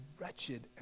wretched